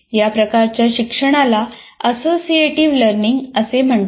या प्रकारच्या शिक्षणाला असोसिएटिव्ह लर्निंग असे म्हणतात